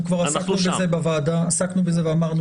אנחנו כבר עסקנו בזה בוועדה ואמרנו